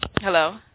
hello